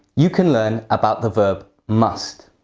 you can learn about the verb must.